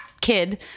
kid